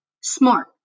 smart